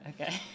Okay